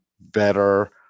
better